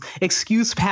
excuse